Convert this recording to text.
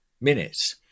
minutes